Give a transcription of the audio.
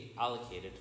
allocated